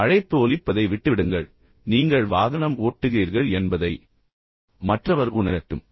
எனவே அழைப்பு ஒலிப்பதை விட்டுவிடுங்கள் நீங்கள் வாகனம் ஓட்டுகிறீர்கள் என்பதை மற்றவர் உணரட்டும்